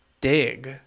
dig